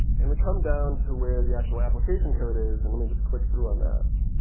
and we come down to where the actual application code is. and let me just click through on that.